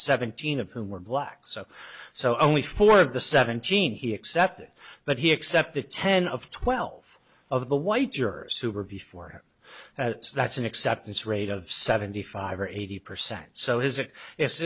seventeen of whom were black so so only four of the seventeen he accepted but he accepted ten of twelve of the white jurors who were before that's an acceptance rate of seventy five or eighty percent so his it i